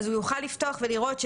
הוא יוכל לפתוח ולראות,